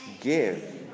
give